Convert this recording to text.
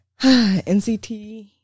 NCT